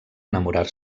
enamorar